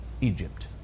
Egypt